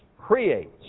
creates